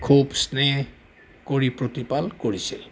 খুব স্নেহ কৰি প্ৰতিপাল কৰিছিল